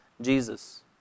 Jesus